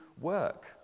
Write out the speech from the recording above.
work